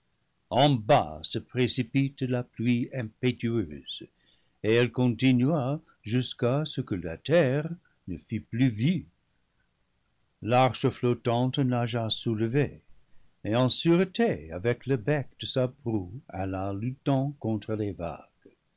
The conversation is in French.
en bas se précipite la pluie impétueuse et elle continua jusqu'à ce que la terre ne fût plus vue l'arche flottante nagea soulevée et en sûreté avec le bec de sa proue alla luttant contre les vagues